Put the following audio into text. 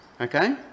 Okay